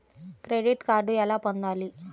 Credit card ఎలా పొందాలి?